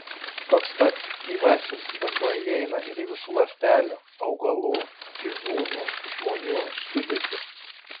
toks pats gyvasis vanduo įeina ir į visų ląstelių augalų gyvūnų žmonių sudėtį